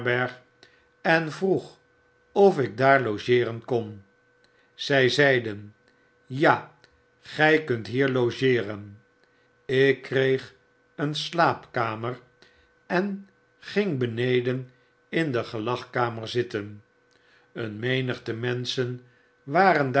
en vroeg of ik daar logeeren kon zy zeiden ja gy kunt hier logeeren ik kreeg een slaapkamer en ging beneden in de gelagkamer zitten een menigte menschen waren